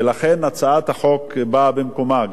ולכן הצעת החוק באה במקומה,